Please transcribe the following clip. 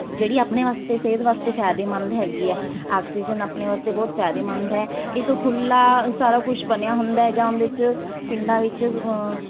ਜਿਹੜੀ ਆਪਣੇ ਵਾਸਤੇ ਸਿਹਤ ਵਾਸਤੇ ਫ਼ਾਇਦੇਮੰਦ ਹੈਗੀ ਹੈ ਆਕਸੀਜਨ ਆਪਣੇ ਵਾਸਤੇ ਬਹੁਤ ਫ਼ਾਇਦੇਮੰਦ ਹੈ ਇੱਕ ਖੁੱਲ੍ਹਾ ਸਾਰਾ ਕੁਛ ਬਣਿਆ ਹੁੰਦਾ ਹੈਗਾ ਉਹਦੇ 'ਚ ਪਿੰਡਾਂ ਵਿੱਚ